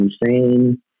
insane